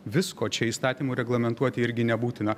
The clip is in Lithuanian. visko čia įstatymu reglamentuoti irgi nebūtina